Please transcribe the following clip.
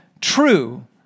true